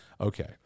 okay